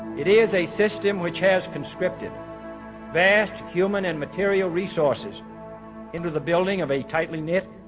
it is a system which has conscripted vast human and material resources into the building of a tightly knit,